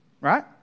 Right